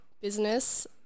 business